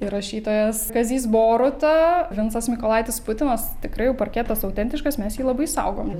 ir rašytojas kazys boruta vincas mykolaitis putinas tikrai jau parketas autentiškas mes jį labai saugom